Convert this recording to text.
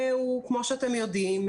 כמו שאתם יודעים,